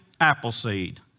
Appleseed